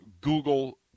Google